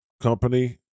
company